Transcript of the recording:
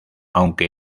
aunque